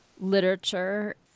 literature